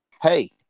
Hey